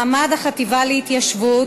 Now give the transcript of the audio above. (מעמד החטיבה להתיישבות),